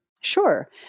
Sure